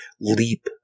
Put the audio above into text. leap